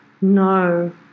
No